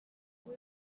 bydd